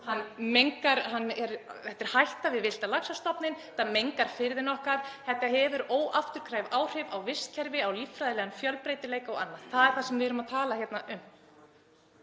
þannig. Þetta skapar hættu fyrir villta laxastofninn. Þetta mengar firðina okkar. Þetta hefur óafturkræf áhrif á vistkerfið, á líffræðilegan fjölbreytileika og annað. Það er það sem við erum að tala hérna um.